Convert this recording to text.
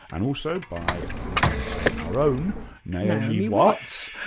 and also by i should say, our own naomi watts,